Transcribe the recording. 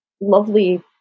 lovely